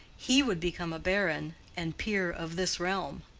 he would become a baron and peer of this realm.